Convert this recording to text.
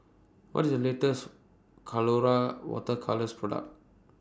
What IS The latest Colora Water Colours Product